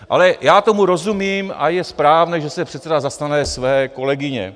Ale já tomu rozumím a je správné, že se předseda zastane své kolegyně.